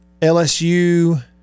LSU